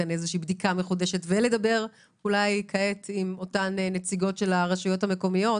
בדיקה מחודשת ולדבר עם אותן נציגות של הרשויות המקומיות